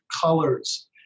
colors